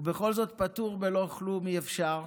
ובכל זאת פטור בלא כלום אי-אפשר,